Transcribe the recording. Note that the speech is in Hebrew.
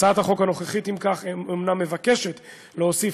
בהצעת החוק הנוכחית אומנם מוצע להוסיף